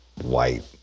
white